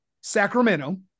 Sacramento